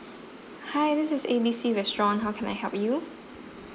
hi this is A B C restaurant how can I help you